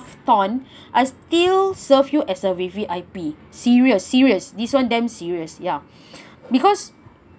torn I still serve you as a V_V_I_P serious serious this [one] damn serious ya because